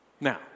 Now